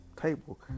table